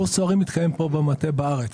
קורס צוערים מתקיים פה במטה בארץ.